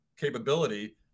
capability